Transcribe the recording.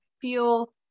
feel